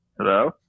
Hello